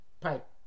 pipe